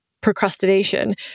procrastination